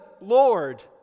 Lord